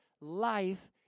life